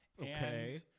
Okay